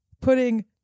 putting